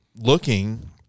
looking